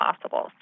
possible